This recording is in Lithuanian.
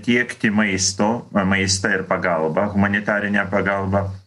tiekti maisto maistą ir pagalbą humanitarinę pagalbą